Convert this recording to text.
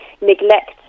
neglect